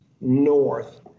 north